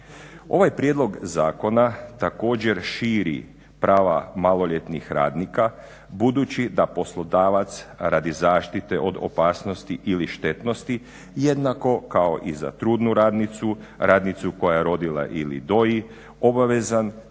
Ovaj prijedlog zakona također širi prava maloljetnih radnika budući da poslodavac radi zaštite od opasnosti ili štetnosti jednako kao i za trudnu radnicu, radnicu koja je rodila ili doji obavezan